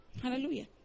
Hallelujah